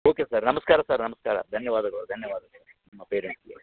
okay sir ನಮಸ್ಕಾರ sir ನಮಸ್ಕಾರ ಧನ್ಯವಾದಗಳು ಧನ್ಯವಾದಗಳು ನಿಮ್ಮ ಪೇರೆಂಟ್ಸಿಗೆ